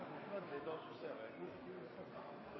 veldig viktig. Så